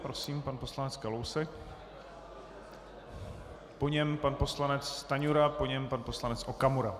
Prosím, pan poslanec Kalousek, po něm pan poslanec Stanjura, po něm pan poslanec Okamura.